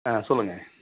ஆ சொல்லுங்க